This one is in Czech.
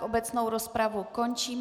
Obecnou rozpravu končím.